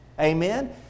Amen